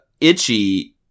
itchy